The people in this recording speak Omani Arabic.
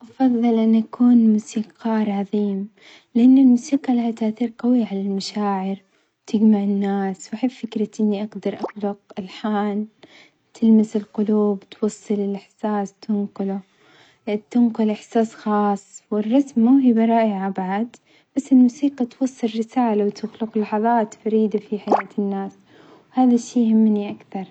أفظل إني أكون موسيقار عظيم لأن الموسيقى لها تأثير قوي على المشاعر بتجمع الناس، وأحب فكرة أني أقدر أخلق ألحان تلمس القلوب توصل الإحساس تنقله، تنقل إحساس خاص والرسم موهبة رائعة بعد، بس الموسيقى توصل رسالة وتخلق لحظات فريدة في حياة الناس، وهذا الشي يهمني أكثر.